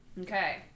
Okay